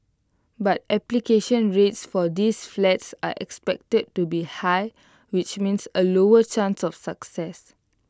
but application rates for these flats are expected to be high which means A lower chance of success